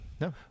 No